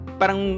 parang